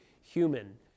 human